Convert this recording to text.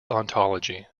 ontology